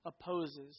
opposes